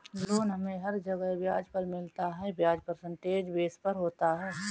loan हमे हर जगह ब्याज पर मिलता है ब्याज परसेंटेज बेस पर होता है